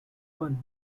fun